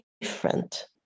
different